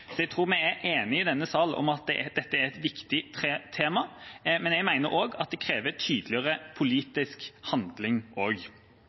Jeg tror vi er enige i denne sal om at dette er et viktig tema, men jeg mener at det også krever tydeligere